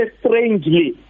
strangely